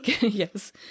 Yes